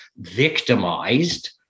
victimized